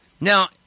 Now